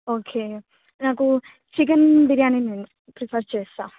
okay నాకు chicken biryani నేను prefer చేస్తా